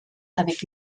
avec